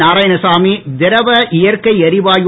நாராயணசாமி திரவ இயற்கை எரிவாயு